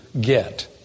get